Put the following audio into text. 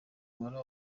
umubare